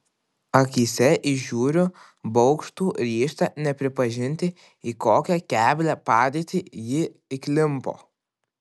akyse įžiūriu baugštų ryžtą nepripažinti į kokią keblią padėtį ji įklimpo